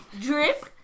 Drip